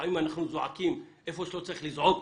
לפעמים אנחנו זועקים איפה שלא צריך לזעוק